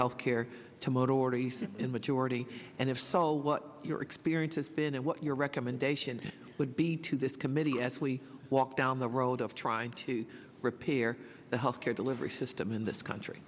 in majority and if so what your experience has been and what your recommendation would be to this committee as we walk down the road of trying to repair the health care delivery system in this country